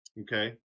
okay